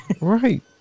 Right